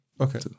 okay